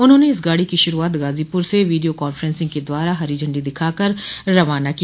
उन्होंने इस गाड़ी की शुरूआत गाजीपूर से वीडियो कांफ्रेंसिंग के द्वारा हरी झंडी दिखाकर रवाना किया